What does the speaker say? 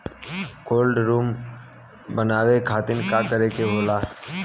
Cold room बनावे खातिर का करे के होला?